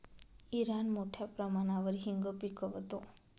Iran मोठ्या प्रमाणावर हिंग पिकवतो